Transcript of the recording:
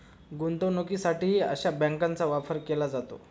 गुंतवणुकीसाठीही अशा बँकांचा वापर केला जातो